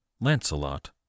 Lancelot